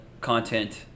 content